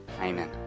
Amen